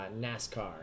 NASCAR